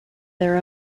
their